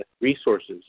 resources